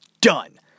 Done